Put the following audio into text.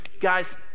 Guys